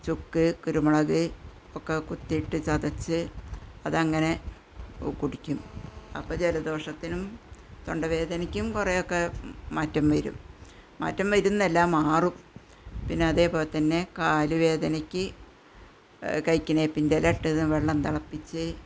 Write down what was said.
ചുക്ക് കുരുമുളക് ഒക്കെ കുത്തിയിട്ട് ചതച്ച് അതങ്ങനെ കുടിക്കും അപ്പോൾ ജലദോഷത്തിനും തൊണ്ടവേദനയ്ക്കും കുറേയൊക്കെ മാറ്റം വരും മാറ്റം വരും എന്നല്ല മാറും പിന്നെ അതേ പോലെ തന്നെ കാലുവേദനയ്ക്ക് കൈയ്ക്ക്നേപ്പിൻ്റെ ഇല ഇട്ടതും വെള്ളം തിളപ്പിച്ച്